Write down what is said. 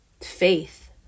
faith